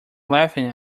laughing